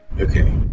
Okay